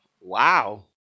Wow